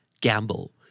Gamble